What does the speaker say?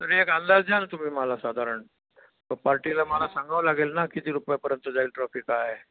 तर एक अंदाज द्या ना तुम्ही मला साधारण तर पार्टीला मला सांगावं लागेल ना किती रुपयापर्यंत जाईल ट्रॉफी काय